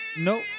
nope